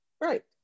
right